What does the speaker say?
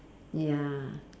ya